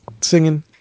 singing